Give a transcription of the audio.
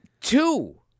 two